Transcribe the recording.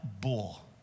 bull